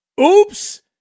Oops